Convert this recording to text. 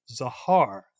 Zahar